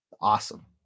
Awesome